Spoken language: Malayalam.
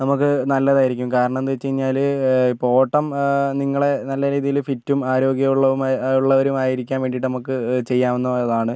നമുക്ക് നല്ലതായിരിക്കും കാരണമെന്ന് വെച്ച് കഴിഞ്ഞാൽ ഇപ്പം ഓട്ടം നിങ്ങളെ നല്ല രീതിയിൽ ഫിറ്റും ആരോഗ്യമുള്ളവന്മ ഉള്ളവരുമായിരിക്കാൻ വേണ്ടിയിട്ട് നമുക്ക് ചെയ്യാവുന്നതാണ്